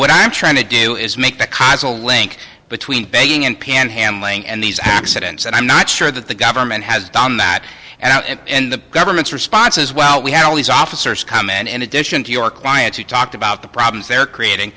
what i'm trying to do is make the link between beijing and pm handling and these accidents and i'm not sure that the government has done that in the government's response is well we had all these officers come in and in addition to your clients you talked about the problems they're creating